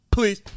Please